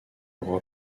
croit